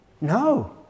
No